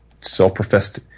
self-professed